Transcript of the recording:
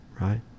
right